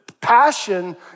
Passion